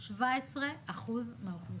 17% מהאוכלוסייה,